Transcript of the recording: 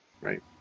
right